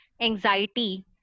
anxiety